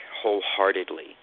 wholeheartedly